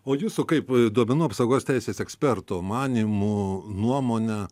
o jūsų kaip duomenų apsaugos teisės eksperto manymu nuomone